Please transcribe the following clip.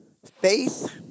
Faith